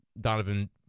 Donovan